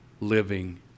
living